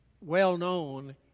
well-known